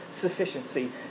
sufficiency